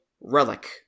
Relic